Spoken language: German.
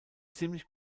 ziemlich